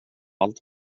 allt